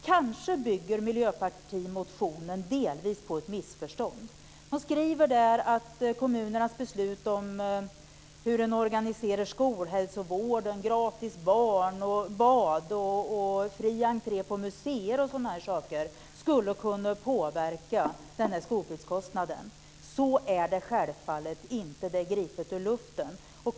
Kanske bygger miljöpartimotionen delvis på ett missförstånd. Man skriver att kommunernas beslut om hur man organiserar skolhälsovård, gratis bad och fri entré på museer och sådana saker skulle kunna påverka skolpliktskostnaden. Så är det självfallet inte. Det är gripet ur luften.